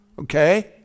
okay